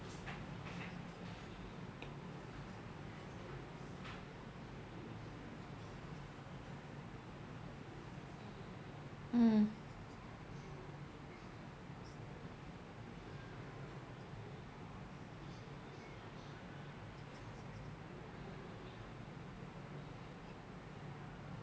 mm